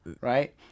Right